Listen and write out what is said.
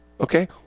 Okay